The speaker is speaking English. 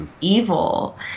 evil